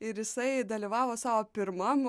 ir jisai dalyvavo savo pirmam